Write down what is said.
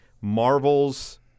Marvel's